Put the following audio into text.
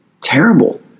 terrible